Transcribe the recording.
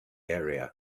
area